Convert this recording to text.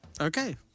Okay